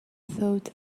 thought